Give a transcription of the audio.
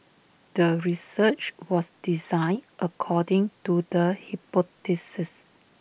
the research was designed according to the hypothesis